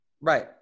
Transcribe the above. Right